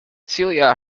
celia